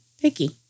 picky